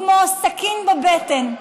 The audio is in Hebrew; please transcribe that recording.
כמו סכין בבטן,